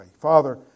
Father